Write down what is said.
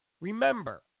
Remember